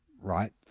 right